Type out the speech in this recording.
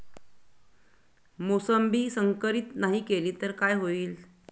मोसंबी संकरित नाही केली तर काय होईल?